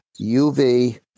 UV